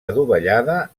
adovellada